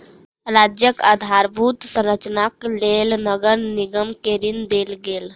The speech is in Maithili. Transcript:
राज्यक आधारभूत संरचनाक लेल नगर निगम के ऋण देल गेल